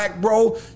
Bro